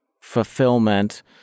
fulfillment